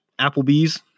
Applebee's